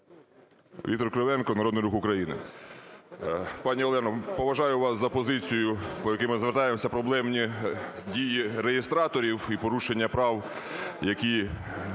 Віктор Кривенко, Народний Рух України. Пані Олено, поважаю вас за позицію, по якій ми звертаємося: проблемні дії реєстраторів і порушення прав, які